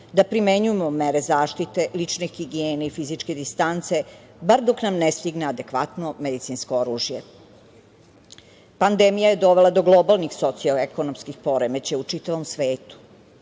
da primenjujemo mere zaštite, lične higijene i fizičke distance, bar dok nam ne stigne adekvatno medicinsko oružje. Pandemija je dovela do globalnih socioekonomskih poremećaja u čitavom svetu.